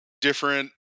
different